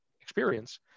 experience